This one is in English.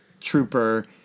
trooper